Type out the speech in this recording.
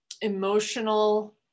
emotional